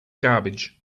garbage